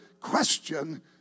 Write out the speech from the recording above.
question